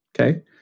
okay